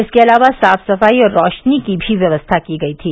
इसके अलावा साफ सफाई और रौशनी की भी व्यवस्था की गयी थी